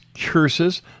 curses